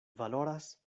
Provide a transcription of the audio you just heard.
valoras